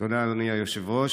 תודה, אדוני היושב-ראש.